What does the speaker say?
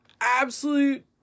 absolute